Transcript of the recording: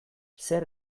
zer